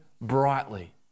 brightly